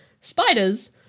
spiders